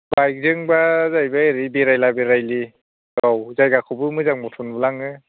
बाइकजोंबा जाहैबाय ओरै बेरायला बेरायलि औ जायगाखौबो मोजां मथन नुलाङो